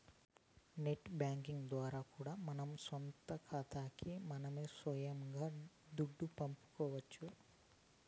net banking ద్వారా కూడా మన సొంత కాతాలకి మనమే సొయంగా దుడ్డు పంపుకోవచ్చు